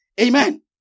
Amen